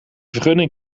vergunning